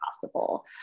possible